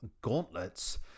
Gauntlets